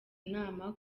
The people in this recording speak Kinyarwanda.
inama